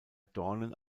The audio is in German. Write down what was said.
dornen